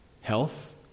health